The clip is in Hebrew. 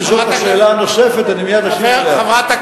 אם זאת השאלה הנוספת אני מייד אשיב עליה.